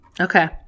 Okay